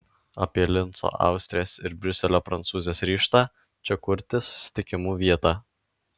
apie linco austrės ir briuselio prancūzės ryžtą čia kurti susitikimų vietą